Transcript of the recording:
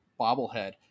bobblehead